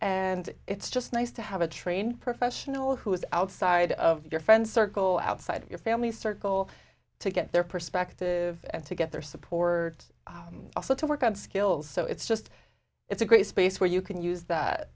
and it's just nice to have a trained professional who is outside of your friend circle outside of your family circle to get their perspective and to get their support also to work on skills so it's just it's a great space where you can use that